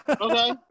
Okay